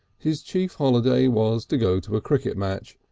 his chief holiday was to go to a cricket match,